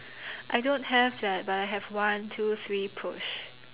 I don't have that but I have one two three push